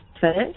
first